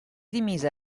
dimise